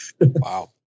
Wow